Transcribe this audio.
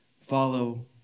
follow